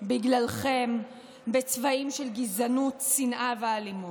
בגללכם בצבעים של גזענות, שנאה, ואלימות.